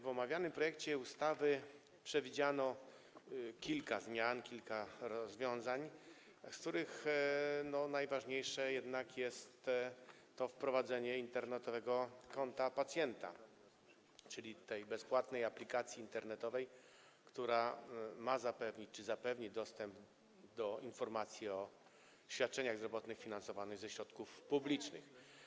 W omawianym projekcie ustawy przewidziano kilka zmian, kilka rozwiązań, z których najważniejsze jednak jest wprowadzenie internetowego konta pacjenta, czyli bezpłatnej aplikacji internetowej, która ma zapewnić czy zapewni dostęp do informacji o świadczeniach zdrowotnych finansowanych ze środków publicznych.